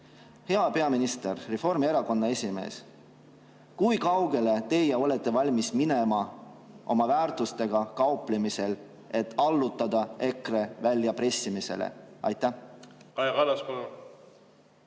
Hea peaminister, Reformierakonna esimees, kui kaugele teie olete valmis minema oma väärtustega kauplemisel, et alluda EKRE väljapressimisele? Aitäh, härra esimees!